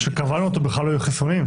כשקבענו אותו בכלל לא היו חיסונים.